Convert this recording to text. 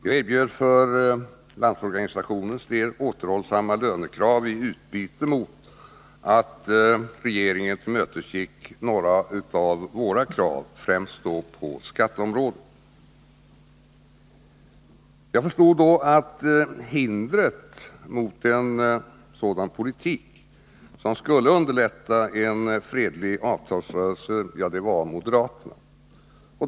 Jag erbjöd för Landsorganisationens del återhållsamma lönekrav i utbyte mot att regeringen tillmötesgick några av våra krav, främst på skatteområdet. Jag förstod då att hindret mot en politik som skulle underlätta en fredlig avtalsrörelse var moderaterna.